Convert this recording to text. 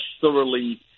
thoroughly